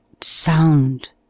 sound